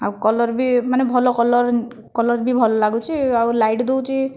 ଆଉ କଲର ବି ମାନେ ଭଲ କଲର କଲର ବି ଭଲ ଲାଗୁଛି ଆଉ ଲାଇଟ୍ ଦେଉଛି